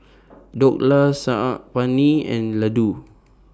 Dhokla Saag Paneer and Ladoo